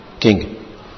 King